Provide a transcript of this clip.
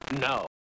no